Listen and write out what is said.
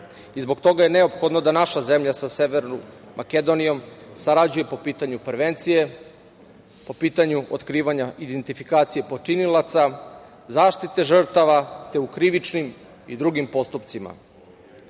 i zbog toga je neophodno da naša zemlja sa Severnom Makedonijom sarađuje po pitanju prevencije, po pitanju otkrivanja, identifikacije počinilaca, zaštite žrtava, te u krivičnim i drugim postupcima. Veliki